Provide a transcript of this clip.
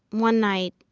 one night,